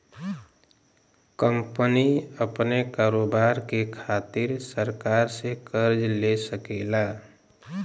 company अपने कारोबार के खातिर सरकार से कर्ज ले सकेला